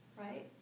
right